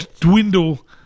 dwindle